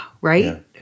Right